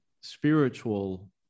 spiritual